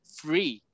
free